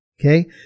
okay